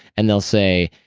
and they'll say,